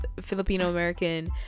filipino-american